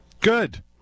Good